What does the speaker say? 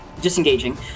disengaging